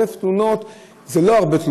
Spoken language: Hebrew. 1,000 תלונות זה לא הרבה.